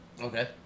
Okay